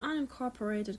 unincorporated